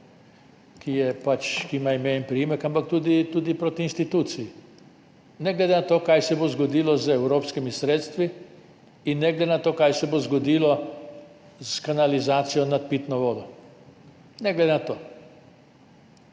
ki ima ime in priimek, ampak tudi proti instituciji, ne glede na to, kaj se bo zgodilo z evropskimi sredstvi, in ne glede na to, kaj se bo zgodilo s kanalizacijo nad pitno vodo. Ne glede na to.